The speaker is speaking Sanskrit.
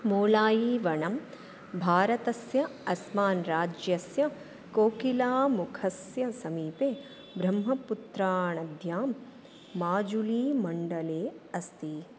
मोलायी वनं भारतस्य अस्साम् राज्यस्य कोकिलामुखस्य समीपे ब्रह्मपुत्रानद्यां माजुलीमण्डले अस्ति